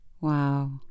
Wow